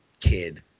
kid